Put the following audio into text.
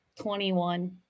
21